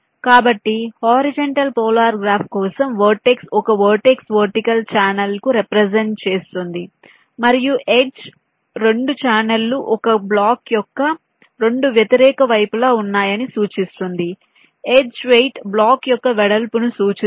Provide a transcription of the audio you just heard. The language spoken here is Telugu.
కాబట్టి హరిజోన్టల్ పోలార్ గ్రాఫ్ కోసం వెర్టెక్స్ ఒక వెర్టెక్స్ వర్టికల్ ఛానెల్కు రెప్రెసెంట్ చే స్తుంది మరియు ఎడ్జ్ రెండు ఛానెల్లు ఒక బ్లాక్ యొక్క రెండు వ్యతిరేక వైపులా ఉన్నాయని సూచిస్తుంది ఎడ్జ్ వెయిట్ బ్లాక్ యొక్క వెడల్పును సూచిస్తుంది